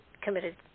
committed